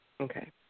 Okay